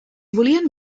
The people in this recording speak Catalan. volien